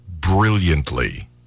brilliantly